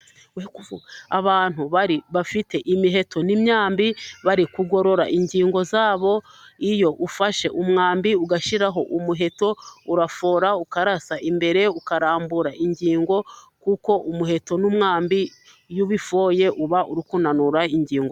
Abantu bari bafite imiheto n'imyambi bari kugorora ingingo zabo, iyo ufashe umwambi ugashyiraho umuheto urafora ukarasa imbere ukarambura ingingo, kuko umuheto n'umwambi iyo ubifoye uba urikunanura ingingo.